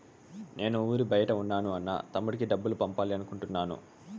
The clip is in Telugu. నేను ఊరి బయట ఉన్న నా అన్న, తమ్ముడికి డబ్బులు పంపాలి అనుకుంటున్నాను